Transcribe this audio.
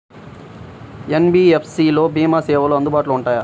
NBFC లలో భీమా సేవలు అందుబాటులో ఉంటాయా?